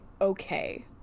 okay